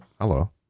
hello